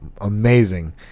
amazing